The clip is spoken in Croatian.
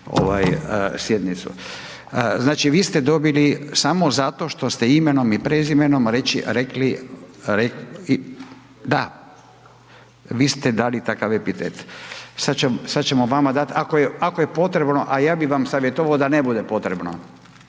sjednicu. Znači vi ste dobili samo zato što ste imenom i prezimenom rekli, rekli, da. Vi ste dali takav epitet. Sad ćemo vama dati, ako je potrebno, a ja bi vam savjetovao da ne bude potrebno.